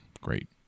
great